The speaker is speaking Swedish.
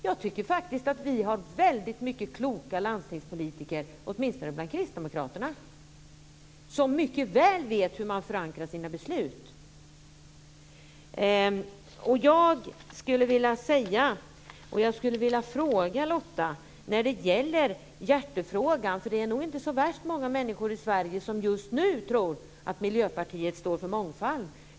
Jag tycker faktiskt att vi har väldigt många kloka landstingspolitiker - åtminstone bland kristdemokraterna - som mycket väl vet hur man förankrar sina beslut. Jag skulle vilja höra med Lotta om den här hjärtefrågan. Det är nog inte så värst många människor i Sverige som just nu tror att Miljöpartiet står för mångfald.